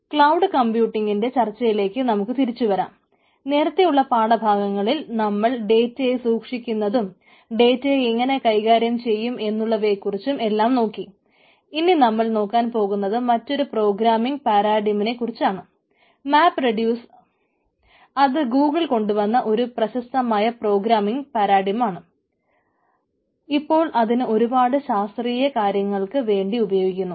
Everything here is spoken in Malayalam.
ക്ലൌഡ് കംപൂട്ടിങ്ങിന്റെ ഉപയോഗിക്കുന്നു